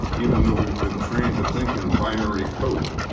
and even though we've been trained to think in binary code.